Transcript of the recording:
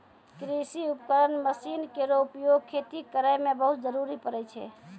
कृषि उपकरण मसीन केरो उपयोग खेती करै मे बहुत जरूरी परै छै